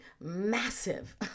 massive